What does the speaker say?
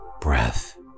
breath